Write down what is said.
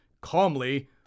calmly